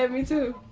and me too.